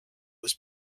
was